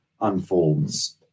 unfolds